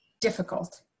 difficult